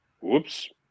whoops